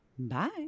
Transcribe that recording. Bye